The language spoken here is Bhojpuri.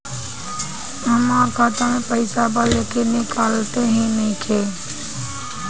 हमार खाता मे पईसा बा लेकिन निकालते ही नईखे?